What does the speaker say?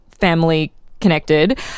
family-connected